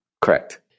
Correct